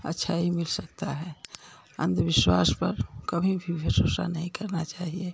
अच्छा ही मिल सकता है अन्धविश्वास पर कभी भी भरोसा नहीं करना चाहिए